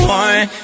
one